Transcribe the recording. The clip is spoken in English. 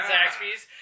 Zaxby's